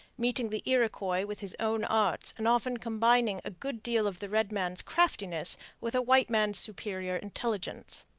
meeting the iroquois with his own arts and often combining a good deal of the red man's craftiness with a white man's superior intelligence.